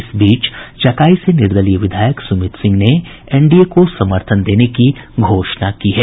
इस बीच चकाई से निर्दलीय विधायक सुमित सिंह ने एन डीए को समर्थन देने की घोषणा की है